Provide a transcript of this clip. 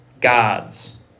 gods